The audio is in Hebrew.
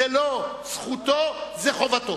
זו לא זכותו, זו חובתו.